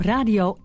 Radio